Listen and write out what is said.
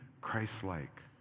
Christ-like